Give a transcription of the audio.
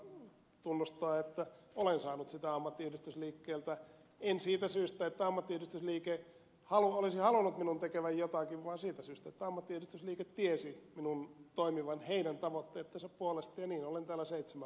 mustajärven tapaan tunnustaa että olen saanut sitä ammattiyhdistysliikkeeltä en siitä syystä että ammattiyhdistysliike olisi halunnut minun tekevän jotakin vaan siitä syystä että ammattiyhdistysliike tiesi minun toimivan heidän tavoitteittensa puolesta ja niin olen täällä seitsemän vuotta tehnyt